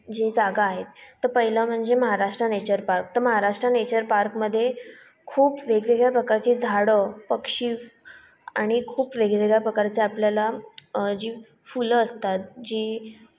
जे जागा आहेत तर पहिलं म्हणजे महाराष्ट्र नेचर पार्क तर महाराष्ट्र नेचर पार्कमध्ये खूप वेगवेगळ्या प्रकारची झाडं पक्षी आणि खूप वेगळ्यावेगळ्या प्रकारचे आपल्याला जी फुलं असतात जी